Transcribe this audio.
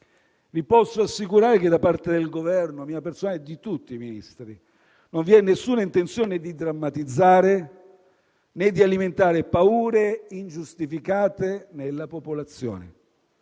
Vi posso assicurare che da parte del Governo, mia personale e di tutti i Ministri, non vi è nessuna intenzione di drammatizzare, né di alimentare paure ingiustificate nella popolazione.